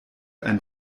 ein